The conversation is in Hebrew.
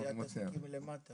של תיקים.